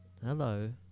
Hello